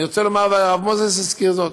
אני רוצה לומר, והרב מוזס הזכיר זאת: